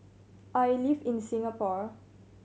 I live in Singapore